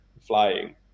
flying